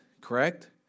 Correct